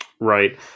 Right